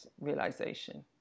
realization